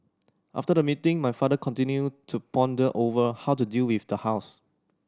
after the meeting my father continued to ponder over how to deal with the house